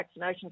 vaccinations